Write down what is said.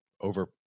over